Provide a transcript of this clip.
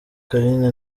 carine